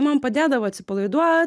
man padėdavo atsipalaiduot